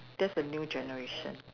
that's the new generation